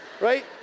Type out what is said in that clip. Right